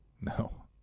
No